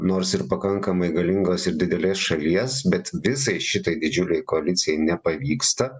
nors ir pakankamai galingos ir didelės šalies bet visai šitai didžiulei koalicijai nepavyksta